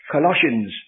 Colossians